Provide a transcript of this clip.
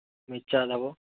ମିର୍ଚ୍ଚା ଦବ